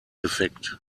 defekt